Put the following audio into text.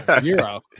Zero